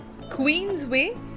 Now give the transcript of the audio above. Queensway